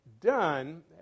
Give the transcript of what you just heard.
done